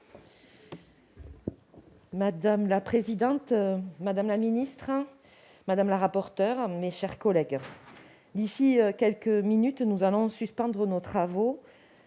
Madame la présidente, madame la ministre, mes chers collègues, d'ici quelques minutes, nous allons suspendre nos travaux.